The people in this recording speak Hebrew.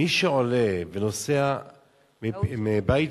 מי שעולה ומוסע מבית-וגן,